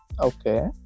Okay